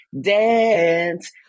dance